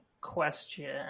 question